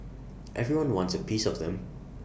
everyone wants A piece of them